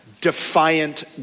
defiant